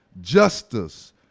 justice